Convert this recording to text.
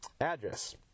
Address